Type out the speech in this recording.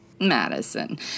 Madison